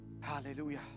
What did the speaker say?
Hallelujah